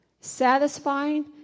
satisfying